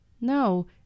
No